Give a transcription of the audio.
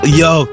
yo